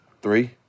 Three